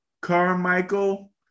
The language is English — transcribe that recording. Carmichael